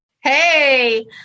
Hey